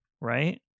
right